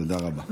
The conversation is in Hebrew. תודה רבה.